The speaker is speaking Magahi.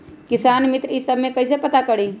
किसान मित्र ई सब मे कईसे पता करी?